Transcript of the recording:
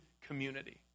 community